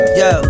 yo